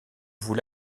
vous